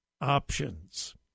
options